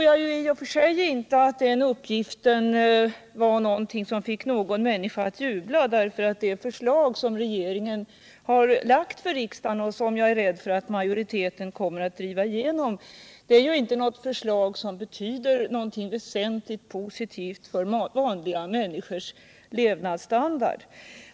Jag tror inte att den uppgiften fick någon att jubla, eftersom det förslag som regeringen lagt fram för riksdagen, och som jag är rädd att majoriteten kommer att driva igenom, inte innebär något särskilt positivt för de vanliga människornas levnadsstandard.